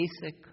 basic